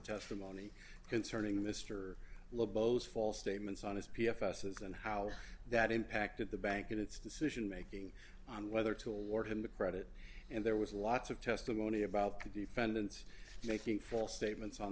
testimony concerning the mr lobo's false statements on his p f asses and how that impacted the bank in its decision making on whether to award him the credit and there was lots of testimony about the defendants making false statements on